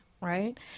right